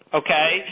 okay